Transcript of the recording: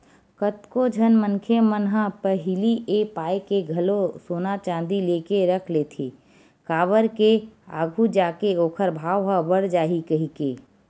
कतको झन मनखे मन ह पहिली ए पाय के घलो सोना चांदी लेके रख लेथे काबर के आघू जाके ओखर भाव ह बड़ जाही कहिके